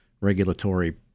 regulatory